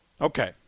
Okay